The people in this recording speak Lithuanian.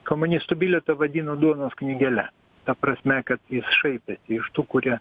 komunistų bilietą vadino duonos knygele ta prasme kad jis šaipėsi iš tų kurie